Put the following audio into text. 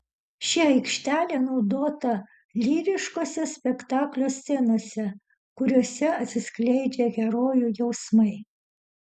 ši aikštelė naudota lyriškose spektaklio scenose kuriose atsiskleidžia herojų jausmai